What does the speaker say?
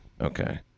Okay